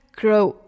grow